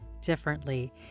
differently